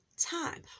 time